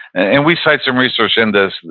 and we cite some research in this,